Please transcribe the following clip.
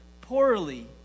poorly